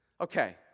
Okay